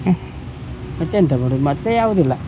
ಮತ್ತೆಂತ ಮಾಡೋದು ಮತ್ತೆ ಯಾವುದಿಲ್ಲ